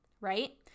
right